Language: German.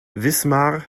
wismar